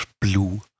blue